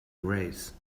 race